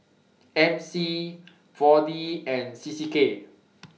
MC four D and CCK